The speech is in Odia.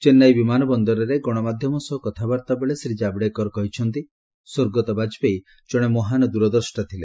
ଚେନ୍ନାଇ ବିମାନବନ୍ଦରରେ ଗଣମାଧ୍ୟମ ସହ କଥାବାର୍ତ୍ତା ବେଳେ ଶ୍ରୀ ଜାବଡେକର କହିଛନ୍ତି ସ୍ୱର୍ଗତଃ ବାଜପେୟୀ ଜଣେ ମହାନ୍ ଦୂରଦ୍ରଷ୍ଟା ଥିଲେ